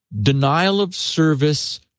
denial-of-service